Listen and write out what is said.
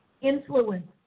influence